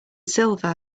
silver